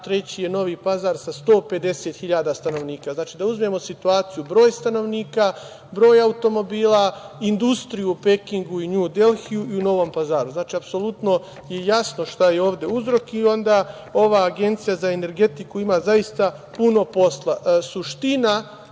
treći je Novi Pazar sa 150 hiljada stanovnika. Znači, ako uzmemo u obzir broj stanovnika, broj automobila, industriju u Pekingu i Nju Delhiju i u Novom Pazaru, apsolutno je jasno šta je ovde uzrok. Onda ova Agencija za energetiku ima zaista puno posla.